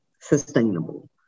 sustainable